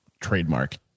trademark